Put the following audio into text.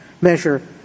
measure